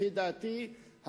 לפי דעתי,